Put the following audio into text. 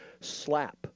SLAP